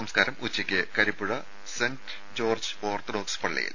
സംസ്കാരം ഉച്ചയ്ക്ക് Karippuzha Saint George Orthodox പള്ളിയിൽ